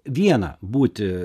vieną būti